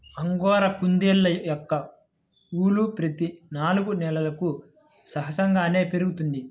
angora కుందేళ్ళ యొక్క ఊలు ప్రతి నాలుగు నెలలకు సహజంగానే పెరుగుతుంది